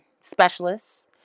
specialists